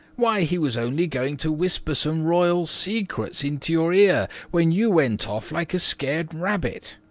why, he was only going to whisper some royal secrets into your ear when you went off like a scared rabbit.